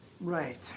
Right